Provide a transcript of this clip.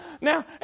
Now